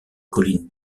collines